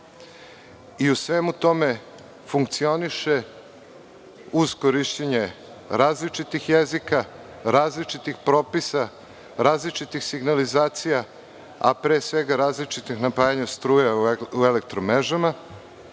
i u svemu tome funkcioniše uz korišćenje različitih jezika, različitih propisa, različitih signalizacija, a pre svega različitih napajanja struje u elektromrežama